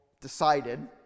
decided